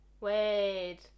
Wait